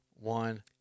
one